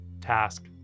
task